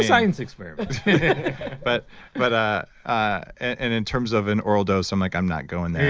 science experiment but but ah and in terms of an oral dose, i'm like, i'm not going there,